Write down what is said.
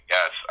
Yes